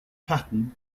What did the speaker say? pattern